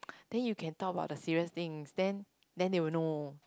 then you can talk about the serious thing then then they will know